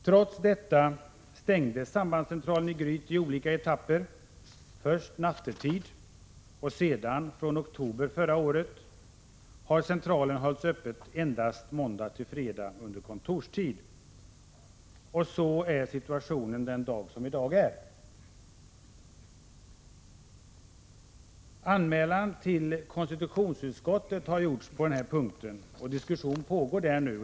Trots detta stängdes sambandscentralen i Gryt i olika etapper, först under nattetid. Från oktober förra året har centralen hållits öppen endast måndag-fredag under kontorstid, och så är situationen den dag som i dag är. Anmälan till konstitutionsutskottet har gjorts på denna punkt, och diskussionen pågår där nu.